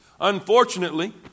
Unfortunately